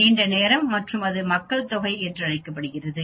நீண்ட நேரம் மற்றும் அது மக்கள் தொகை என்று அழைக்கப்படுகிறது